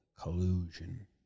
collusion